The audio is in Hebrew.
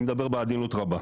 אני מדבר בעדינות רבה.